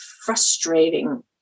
frustrating